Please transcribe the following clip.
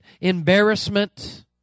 embarrassment